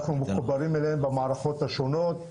אנחנו מחוברים אליהם במערכות השונות,